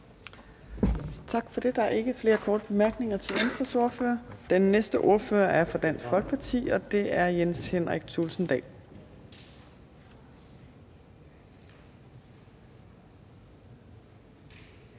Tak for det. Der er ikke flere korte bemærkninger til Venstres ordfører. Den næste ordfører er fra Dansk Folkeparti, og det er Jens Henrik Thulesen Dahl.